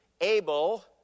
able